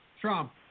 Trump